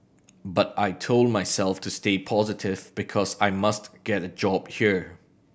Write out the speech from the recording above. but I told myself to stay positive because I must get a job here